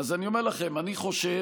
אז אני אומר לכם, אני חושב